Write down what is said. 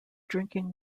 drinking